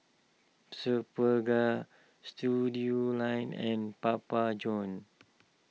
Superga Studioline and Papa Johns